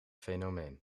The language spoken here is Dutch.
fenomeen